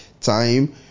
time